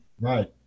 Right